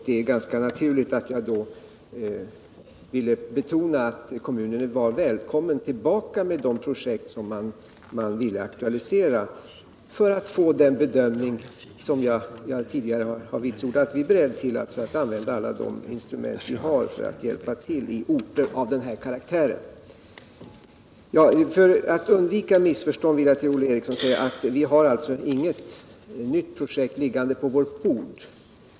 Det är ganska naturligt att jag då ville betona att kommunen var välkommen tillbaka med de projekt som man ville aktualisera. Som jag tidigare vitsordat är vi emellertid beredda att använda alla de instrument vi har för att hjälpa till i orter av den här karaktären. Föratt undanröja alla missförstånd vill jag till Olle Eriksson säga att det inte ligger något nytt projekt på departementets bord.